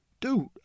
Dude